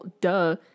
duh